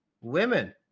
Women